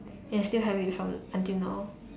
then I still have it from until now